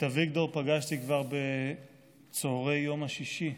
את אביגדור פגשתי כבר בצוהרי יום שישי,